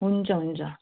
हुन्छ हुन्छ